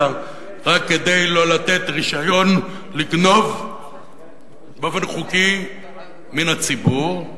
רק כדי לא לתת רשיון לגנוב באופן חוקי מן הציבור.